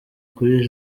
kuri